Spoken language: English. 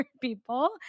people